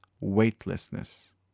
weightlessness